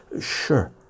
Sure